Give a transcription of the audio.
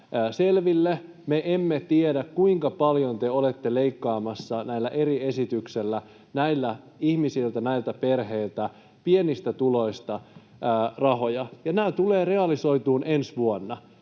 selville. Me emme tiedä, kuinka paljon te olette leikkaamassa näillä eri esityksillä näiltä ihmisiltä ja näiltä perheiltä pienistä tuloista rahoja, ja nämä tulevat realisoitumaan ensi vuonna.